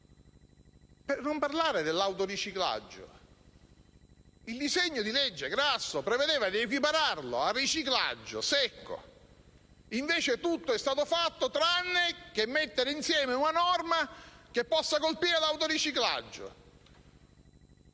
per non parlare dell'autoriciclaggio. Il disegno di legge Grasso prevedeva la sua equiparazione secca al riciclaggio; invece tutto è stato fatto tranne che costruire una norma che possa colpire l'autoriciclaggio.